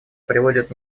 приводят